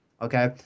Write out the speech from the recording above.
okay